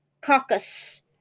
Caucus